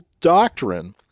doctrine